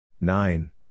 Nine